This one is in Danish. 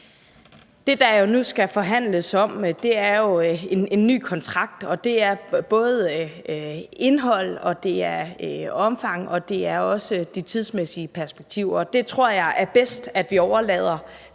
Det, der jo nu skal forhandles om, er en ny kontrakt, og det er både indholdet og omfanget, og det er også det tidsmæssige perspektiv. Og det tror jeg er bedst at vi overlader